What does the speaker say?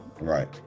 Right